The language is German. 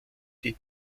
die